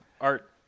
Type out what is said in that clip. Art